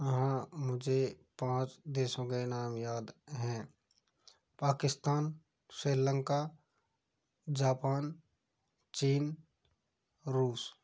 हाँ मुझे पाँच देशों के नाम याद हैं पाकिस्तान श्रीलंका जापान चीन रुस